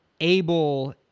able